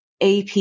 AP